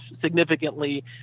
significantly